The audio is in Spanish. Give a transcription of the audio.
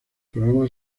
programa